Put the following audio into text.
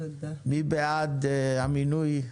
מי בעד המינוי?